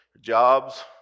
jobs